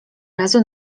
razu